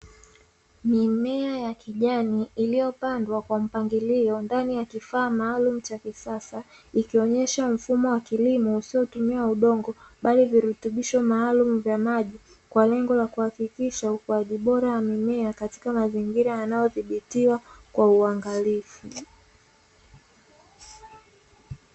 Mimea ya kijani iliyopandwa kwa mpangilio ndani ya kifaa maalumu cha kisasa, ikionyesha mfumo wa kilimo usiotumia udongo, bali virutubisho maalum vya maji, kwa lengo la kuhakikisha ukuwaji bora ya mimea katika mazingira yanayodhibitiwa kwa uangalizi.